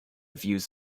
views